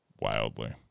wildly